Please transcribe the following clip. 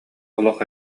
олох